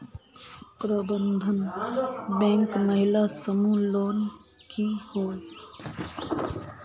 प्रबंधन बैंक महिला समूह लोन की होय?